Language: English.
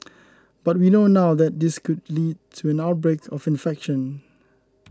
but we now know this could lead to an outbreak of infection